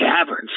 caverns